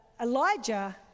Elijah